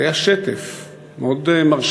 זה היה שטף מאוד מרשים,